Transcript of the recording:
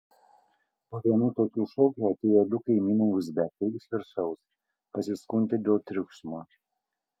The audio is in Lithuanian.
po vienų tokių šokių atėjo du kaimynai uzbekai iš viršaus pasiskundė dėl triukšmo